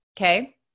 Okay